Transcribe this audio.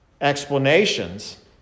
explanations